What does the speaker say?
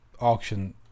auction